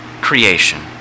creation